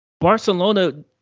Barcelona